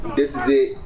this is it.